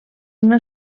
una